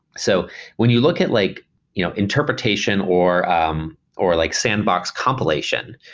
so when you look at like you know interpretation or um or like sandbox compilation,